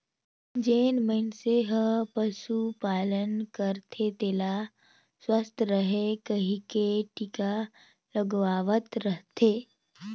जेन मइनसे हर पसु पालन करथे तेला सुवस्थ रहें कहिके टिका लगवावत रथे